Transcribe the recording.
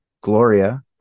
Gloria